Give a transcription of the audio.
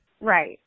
Right